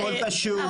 לא להתערב, הכול קשור.